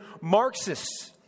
Marxists